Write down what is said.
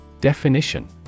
Definition